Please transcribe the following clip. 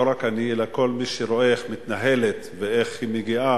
לא רק אני אלא כל מי שרואה איך היא מתנהלת ואיך היא מגיעה,